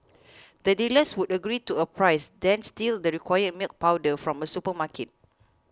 the dealers would agree to a price then steal the required milk powder from a supermarket